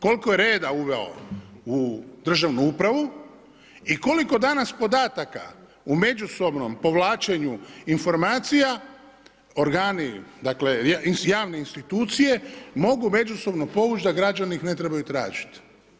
Koliko je reda uveo u državnu upravu i koliko danas podataka u međusobnom povlačenju informacija organi, dakle javne institucije, mogu međusobno povuć da građani ih ne trebaju tražit.